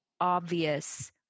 obvious